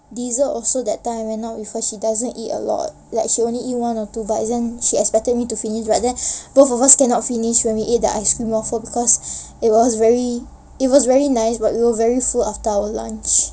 dessert also that time went out with her she doesn't eat a lot like she only eat one or two bites then she expected me to finish but then both of us cannot finish when we ate the ice cream waffle because it was very it was very nice but we were very full after our lunch